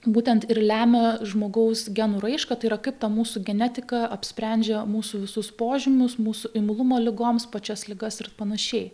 būtent ir lemia žmogaus genų raišką tai yra kaip ta mūsų genetika apsprendžia mūsų visus požymius mūsų imlumą ligoms pačias ligas ir panašiai